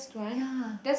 ya